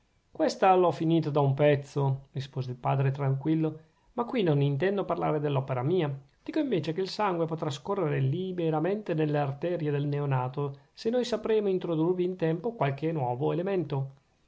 questa l'ho finita da un pezzo rispose il padre tranquillo ma qui non intendo parlare dell'opera mia dico invece che il sangue potrà scorrere liberamente nelle arterie del neonato se noi sapremo introdurvi in tempo qualche nuovo elemento